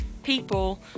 people